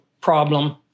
problem